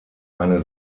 eine